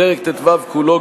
פרק ט"ו כולו,